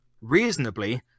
reasonably